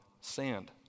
sand